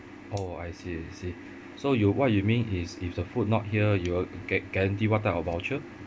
oh I see I see so you what you mean is if the food not here you will gua~ guarantee what type of voucher